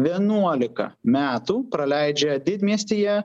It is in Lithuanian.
vienuolika metų praleidžia didmiestyje